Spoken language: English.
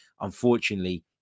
Unfortunately